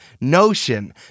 Notion